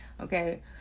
Okay